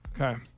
Okay